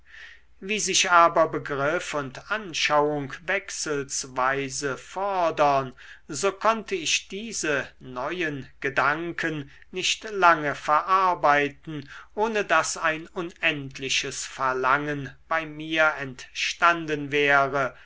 wie sich aber begriff und anschauung wechselsweise fordern so konnte ich diese neuen gedanken nicht lange verarbeiten ohne daß ein unendliches verlangen bei mir entstanden wäre